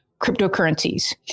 cryptocurrencies